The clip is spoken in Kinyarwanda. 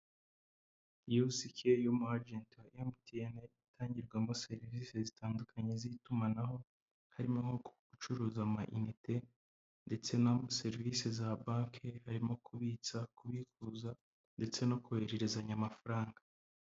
Kiyosiki y'umu ajenti wa MTN itangirwamo serivisi zitandukanye z'itumanaho, harimo nko gucuruza amiyinite ndetse na serivisi za banki, harimo kubitsa, kubikuza ndetse no kohererezanya amafaranga.